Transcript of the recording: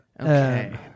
Okay